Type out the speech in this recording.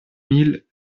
mille